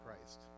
Christ